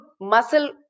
muscle